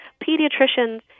pediatricians